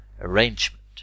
arrangement